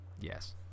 Yes